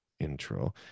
intro